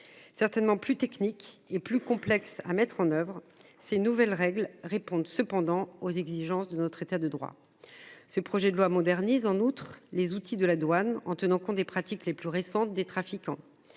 Certainement plus technique et plus complexe à mettre en oeuvre ses nouvelles règles répondent cependant aux exigences de notre État de droit. Ce projet de loi modernise en outre les outils de la douane en tenant compte des pratiques les plus récentes des trafiquants.